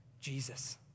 Jesus